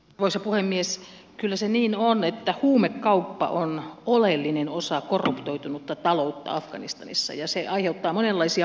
osa puhemies ylsi niin on että huumekauppa on oleellinen osa korruptoitunutta taloutta afganistanissa ja se aiheuttaa monenlaisia